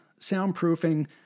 soundproofing